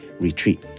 retreat